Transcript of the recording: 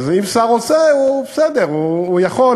אז אם שר עושה, בסדר, הוא יכול.